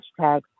hashtag